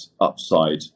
upside